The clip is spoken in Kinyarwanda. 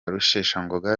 rusheshangoga